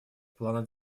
плана